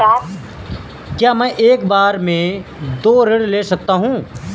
क्या मैं एक बार में दो ऋण ले सकता हूँ?